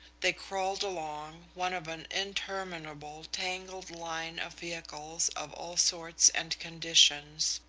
they crawled along, one of an interminable, tangled line of vehicles of all sorts and conditions,